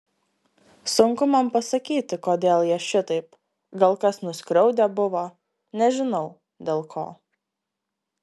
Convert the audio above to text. sunku man pasakyti kodėl jie šitaip gal kas nuskriaudę buvo nežinau dėl ko